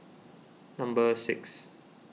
number six